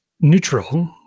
neutral